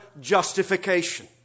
justification